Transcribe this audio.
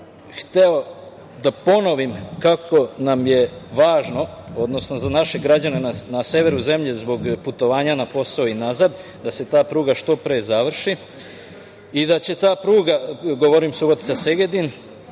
hteo da ponovim kako nam je važno, odnosno za naše građane na severu zemlje zbog putovanja na posao i nazad da se ta pruga što pre završi i da će ta pruga u velikoj meri